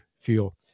feel